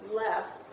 left